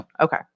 Okay